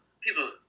people